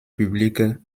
public